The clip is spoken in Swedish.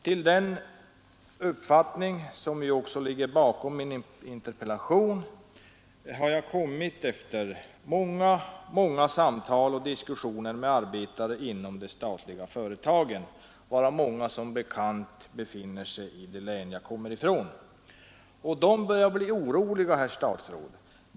Till denna uppfattning, som också ligger bakom min interpellation, har jag kommit efter många samtal och diskussioner med arbetare inom de statliga företagen, av vilka många som bekant finns i det län som jag kommer ifrån. Och de arbetarna börjar bli oroliga, herr statsråd!